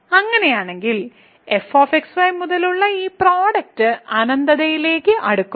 അങ്ങനെയാണെങ്കിൽ fxy മുതലുള്ള ഈ പ്രോഡക്റ്റ് അനന്തതയിലേക്ക് അടുക്കുന്നു